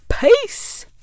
Peace